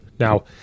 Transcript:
Now